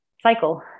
cycle